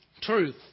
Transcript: Truth